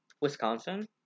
Wisconsin